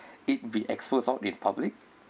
it be exposed out in public